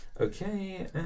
Okay